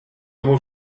tomu